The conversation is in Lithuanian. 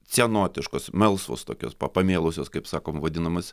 cianotiškos melsvos tokios pa pamėlusios kaip sakom vadinamas